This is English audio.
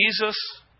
Jesus